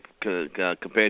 compared